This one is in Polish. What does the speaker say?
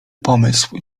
pomysł